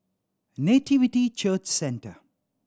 Nativity Church Centre